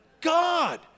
God